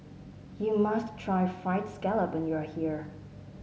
you must try fried scallop when you are here